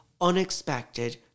unexpected